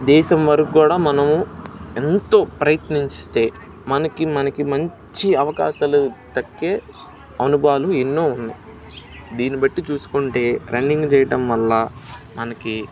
దేశం వరకు కూడా మనము ఎంతో ప్రయత్నించితే మనకి మనకి మంచి అవకాశాలు దక్కే అనుభవాలు ఎన్నో ఉన్నాయి దీన్ని బట్టి చూసుకుంటే రన్నింగ్ చెయ్యడం వల్ల మనకి